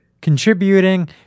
contributing